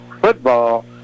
football